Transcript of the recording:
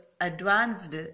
advanced